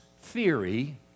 theory